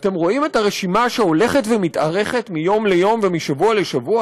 אתם רואים את הרשימה שהולכת ומתארכת מיום ליום ומשבוע לשבוע,